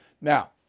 now